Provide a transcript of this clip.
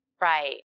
Right